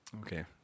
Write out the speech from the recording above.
okay